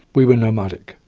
we were nomadic.